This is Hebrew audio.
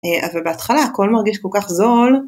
אבל בהתחלה הכל מרגיש כל כך זול